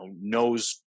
knows